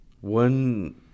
one